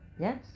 Yes